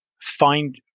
find